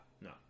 no